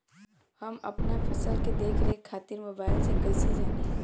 हम अपना फसल के देख रेख खातिर मोबाइल से कइसे जानी?